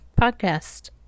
podcast